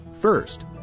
First